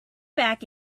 back